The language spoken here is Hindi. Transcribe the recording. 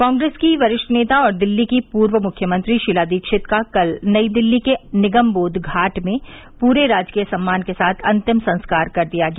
कांग्रेस की वरिष्ठ नेता और दिल्ली की पूर्व मुख्यमंत्री शीला दीक्षित का कल नई दिल्ली के निगम बोध घाट में पूरे राजकीय सम्मान के साथ अंतिम संस्कार कर दिया गया